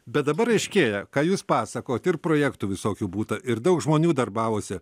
bet dabar aiškėja ką jūs pasakojot ir projektų visokių būta ir daug žmonių darbavosi